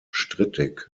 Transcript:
strittig